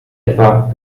etwa